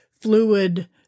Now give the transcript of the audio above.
fluid